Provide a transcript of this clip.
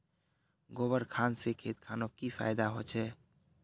गोबर खान से खेत खानोक की फायदा होछै?